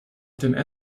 dem